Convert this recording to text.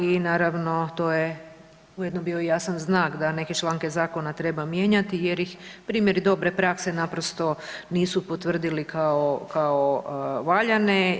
I naravno to je ujedno bio i jasan znak da neke članke zakona treba mijenjati jer ih primjeri dobre prakse naprosto nisu potvrdili kao valjane.